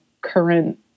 current